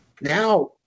Now